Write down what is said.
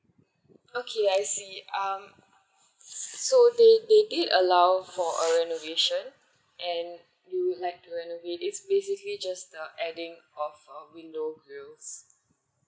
okay I see um so they they did allowed for a renovation and we would like to renovate it's basically just adding of a window's grill